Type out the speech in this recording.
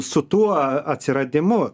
su tuo atsiradimu